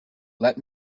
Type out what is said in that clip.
let